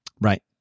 Right